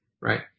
right